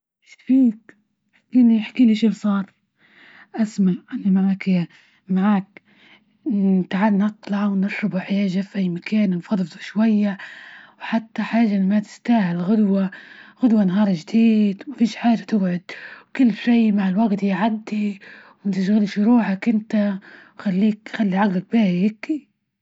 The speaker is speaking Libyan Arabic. إيش فيك؟ إحكي لي إحكي لي شو صار، أسمع أنا معك -معاك نتعنق ونشرب حاجة في أي مكان، نفرزه شوية وحتى حاجة ما تستاهل، غدوة غدوة نهار جديد ما فيش حاجة تقعد، كل شي مع الوقت يعدي، متشغلش روحك إنت خليك-خلي عجلك كبير.